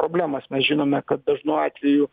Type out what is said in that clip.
problemas mes žinome kad dažnu atveju